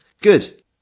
Good